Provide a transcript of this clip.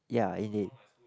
yeah indeed